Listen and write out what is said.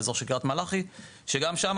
באזור של קריית מלאכי שגם שמה,